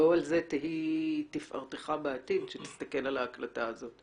לא על זה תהיה תפארתך בעתיד כשתסתכל על ההקלטה הזו.